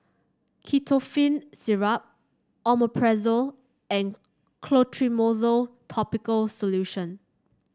Ketotifen Syrup Omeprazole and Clotrimozole topical solution